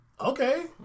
Okay